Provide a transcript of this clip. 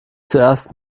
zuerst